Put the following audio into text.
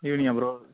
ஈவினிங்கா bro